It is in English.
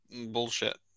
Bullshit